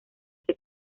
ese